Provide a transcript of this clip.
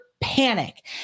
panic